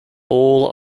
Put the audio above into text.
all